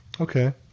Okay